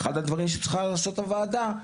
אחד הדברים שצריכה לעשות הוועדה,